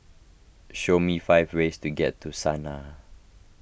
show me five ways to get to Sanaa